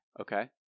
Okay